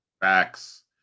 Facts